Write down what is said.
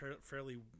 fairly